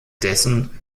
dessen